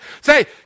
Say